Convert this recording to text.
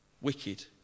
wicked